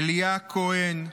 אליה כהן,